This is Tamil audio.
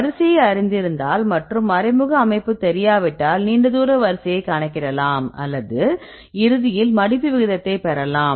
வரிசையை அறிந்திருந்தால் மற்றும் மறைமுகமாக அமைப்பு தெரியாவிட்டால் நீண்ட தூர வரிசையை கணக்கிடலாம் அல்லது இறுதியில் மடிப்பு விகிதத்தை பெறலாம்